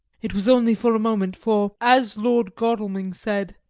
it was only for a moment, for, as lord godalming said,